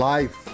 Life